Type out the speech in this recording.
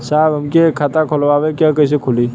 साहब हमके एक खाता खोलवावे के ह कईसे खुली?